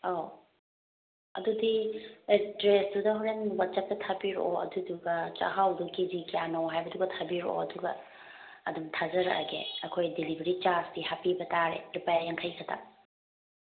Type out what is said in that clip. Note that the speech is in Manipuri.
ꯑꯧ ꯑꯗꯨꯗꯤ ꯑꯦꯗ꯭ꯔꯦꯁꯇꯨꯗꯪ ꯍꯣꯔꯦꯟ ꯋꯥꯆꯦꯞꯇ ꯊꯕꯤꯔꯛꯑꯣ ꯑꯗꯨꯗꯨꯒ ꯆꯥꯛꯍꯥꯎꯗꯨ ꯀꯦ ꯖꯤ ꯀꯌꯥꯅꯣ ꯍꯥꯏꯕꯗꯨꯒ ꯊꯥꯕꯤꯔꯛꯑꯣ ꯑꯗꯨꯒ ꯑꯗꯨꯝ ꯊꯥꯖꯔꯛꯑꯒꯦ ꯑꯩꯈꯣꯏ ꯗꯤꯂꯤꯚꯔꯤ ꯆꯥꯔꯖꯇꯤ ꯍꯥꯞꯄꯤꯕ ꯇꯥꯔꯦ ꯂꯨꯄꯥ ꯌꯥꯡꯈꯩ ꯈꯛꯇ